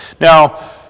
Now